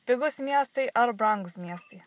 pigūs miestai ar brangūs miestai